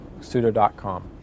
Pseudo.com